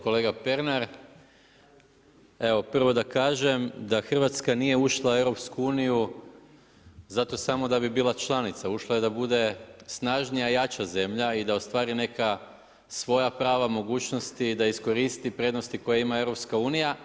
Kolega Pernar, evo prvo da kažem da Hrvatska nije ušla u EU zato samo da bi bila članica, ušla da bude snažnija i jača zemlja i da ostvari neka svoja prava, mogućnosti i da iskoristi prednosti koje ima EU.